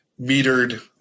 metered